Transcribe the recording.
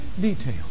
detail